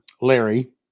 Larry